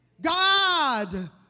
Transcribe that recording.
God